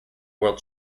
world